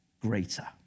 greater